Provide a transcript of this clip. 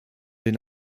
den